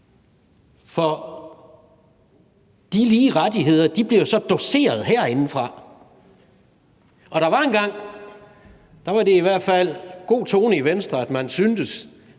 For de lige rettigheder bliver jo så doseret herindefra. Og der var engang, hvor det i hvert fald var god tone i Venstre, at man syntes,